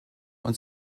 und